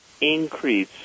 increase